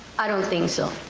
i don't think so.